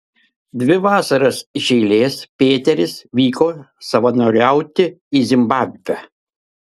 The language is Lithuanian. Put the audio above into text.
dvi vasaras iš eilės pėteris vyko savanoriauti į zimbabvę